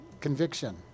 conviction